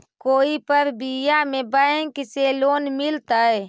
कोई परबिया में बैंक से लोन मिलतय?